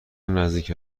نزدیک